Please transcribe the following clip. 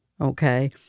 okay